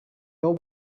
old